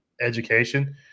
education